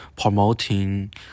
promoting